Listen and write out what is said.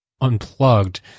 unplugged